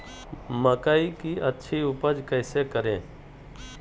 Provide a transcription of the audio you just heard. मकई की अच्छी उपज कैसे करे?